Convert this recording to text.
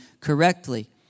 correctly